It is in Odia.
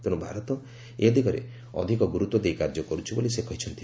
ତେଣୁ ଭାରତ ଏ ଦିଗରେ ଅଧିକ ଗୁରୁତ୍ୱ ଦେଇ କାର୍ଯ୍ୟ କରୁଛି ବୋଲି ସେ କହିଛନ୍ତି